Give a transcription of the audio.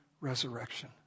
resurrection